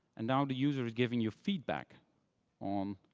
and now, the user is giving you feedback on